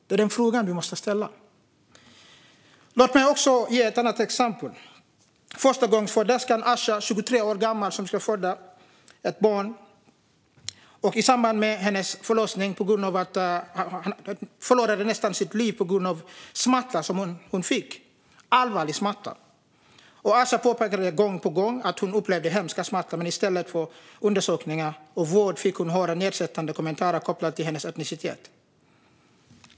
Det är den fråga man måste ställa sig. Låt mig också ge ett annat exempel. Förstagångsföderskan Asha, 23 år gammal, skulle föda barn. I samband med förlossningen förlorade hon nästan sitt liv på grund av den allvarliga smärta hon fick. Asha påpekade gång på gång att hon upplevde hemska smärtor, men i stället för att bli undersökt och få vård fick hon höra nedsättande kommentarer kopplade till hennes etnicitet.